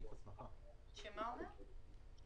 שמה אומר?